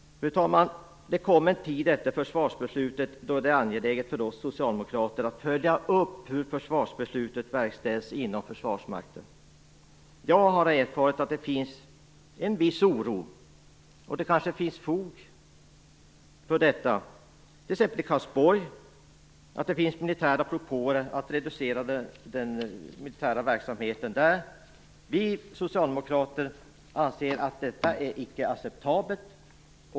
Det kommer en tid efter försvarsbeslutet då det blir angeläget för oss socialdemokrater att följa upp hur försvarsbeslutet verkställs inom Försvarsmakten. Jag har erfarit att det finns en viss oro - vilket det kanske finns fog för - t.ex. i Karlsborg, där det har kommit militära propåer om minskad militärverksamhet. Vi socialdemokrater anser att detta icke är acceptabelt.